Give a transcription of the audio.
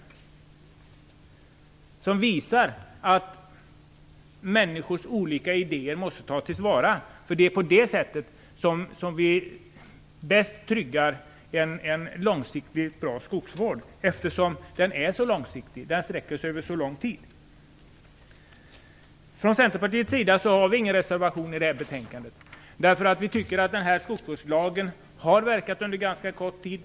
Detta visar att människors olika idéer måste tas till vara. Det är på det sättet vi bäst tryggar en långsiktig och bra skogsvård. Skogsvården är långsiktig, och den sträcker sig över en lång tid. Från Centerpartiets sida har vi ingen reservation till betänkandet. Vi tycker att skogsvårdslagen har verkat under ganska kort tid.